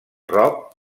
rock